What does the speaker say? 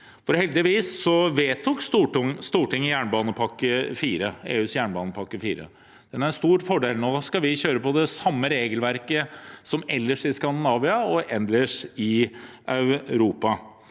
for heldigvis vedtok Stortinget EUs fjerde jernbanepakke. Det er en stor fordel. Nå skal vi kjøre på det samme regelverket som ellers i Skandinavia og ellers i Europa.